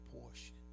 portion